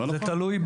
לא נכון?